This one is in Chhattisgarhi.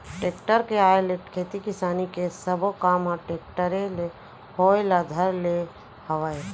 टेक्टर के आए ले खेती किसानी के सबो काम ह टेक्टरे ले होय ल धर ले हवय